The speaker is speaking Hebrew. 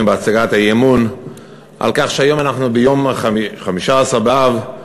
בהצגת האי-אמון על כך שאנחנו ביום חמישה-עשר באב,